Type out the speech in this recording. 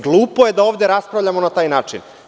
Glupo je da ovde raspravljamo na taj način.